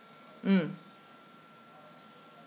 mm